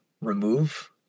remove